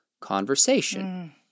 conversation